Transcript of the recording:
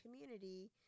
community